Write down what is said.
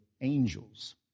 angels